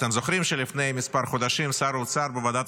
אתם זוכרים שלפני כמה חודשים שר האוצר בוועדת